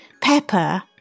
pepper